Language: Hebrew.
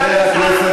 אתה גזען.